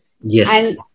Yes